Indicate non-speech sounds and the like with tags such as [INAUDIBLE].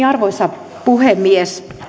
[UNINTELLIGIBLE] arvoisa puhemies